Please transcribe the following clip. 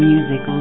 Music